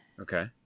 Okay